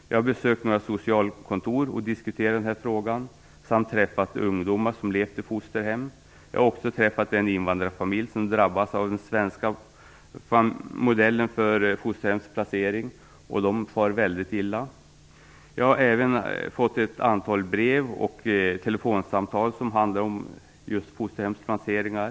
Jag har besökt några socialkontor och diskuterat frågan, och jag har träffat ett par ungdomar som levt i fosterhem. Jag har också träffat en invandrarfamilj som drabbats av den svenska modellen för fosterhemsplacering. Den familjen far väldigt illa. Jag har även fått ett antal brev och telefonsamtal som handlar om just fosterhemsplaceringar.